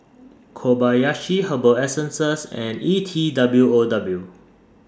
Kobayashi Herbal Essences and E T W O W